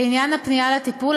בעניין הפנייה לטיפול,